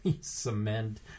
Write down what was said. cement